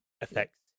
affects